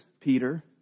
Peter